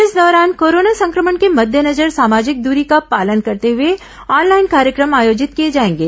इस दौरान कोरोना संक्रमण के मद्देनजर सामाजिक दूरी का पालन करते हुए ऑनलाइन कार्यक्रम आयोजित किए जाएंगे